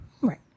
Right